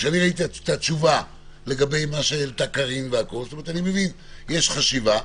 כשראיתי את התשובה לגבי מה שהעלתה קארין - אני מבין שיש חשיבה.